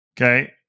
Okay